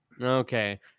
Okay